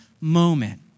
moment